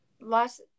Last